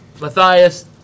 Matthias